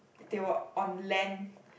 they were on land